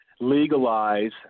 legalize